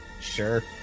Sure